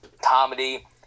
comedy